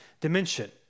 dimension